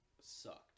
sucked